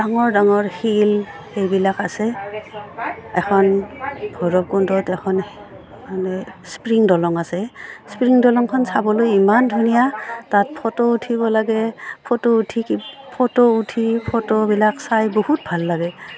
ডাঙৰ ডাঙৰ শিল এইবিলাক আছে এখন ভৈৰৱকুণ্ডত এখন মানে স্প্ৰিং দলং আছে স্প্ৰিং দলংখন চাবলৈও ইমান ধুনীয়া তাত ফটো উঠিব লাগে ফটো উঠি ফটো উঠি ফটোবিলাক চাই বহুত ভাল লাগে